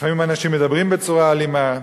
לפעמים אנשים מדברים בצורה אלימה,